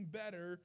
better